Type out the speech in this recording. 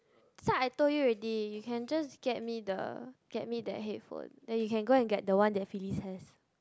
that's why I told you already you can just get me the get me the headphone then you can go and get the one that Phyllis has